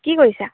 কি কৰিছা